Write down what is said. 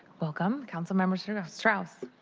welcome. councilmember sort of strauss.